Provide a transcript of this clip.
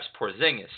Porzingis